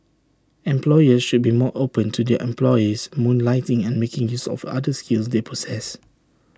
employers should be more open to their employees moonlighting and making use of other skills they possess